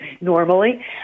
normally